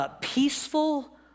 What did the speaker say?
peaceful